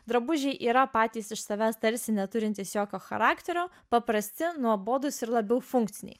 drabužiai yra patys iš savęs tarsi neturintys jokio charakterio paprasti nuobodūs ir labiau funkciniai